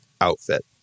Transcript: outfit